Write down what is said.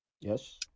Yes